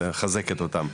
ומחזקת אותם.